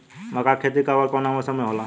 मका के खेती कब ओर कवना मौसम में होला?